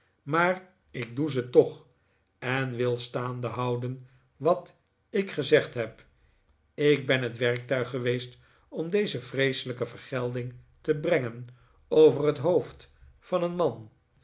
maar ik doe ze toch en wil staande houden wat ik gezegd heb ik ben het werktuig geweest om deze vreeselijke vergelding te brengen over het hoofd van een man